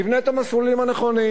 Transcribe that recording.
נבנה את המסלולים הנכונים,